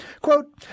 Quote